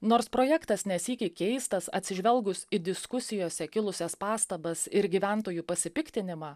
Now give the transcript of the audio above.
nors projektas ne sykį keistas atsižvelgus į diskusijose kilusias pastabas ir gyventojų pasipiktinimą